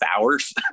hours